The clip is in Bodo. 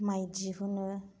माइ दिहुनो